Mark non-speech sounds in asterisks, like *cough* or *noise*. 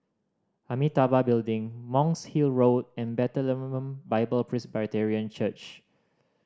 Amitabha Building Monk's Hill Road and *unintelligible* Bible Presbyterian Church